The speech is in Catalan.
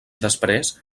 després